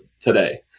today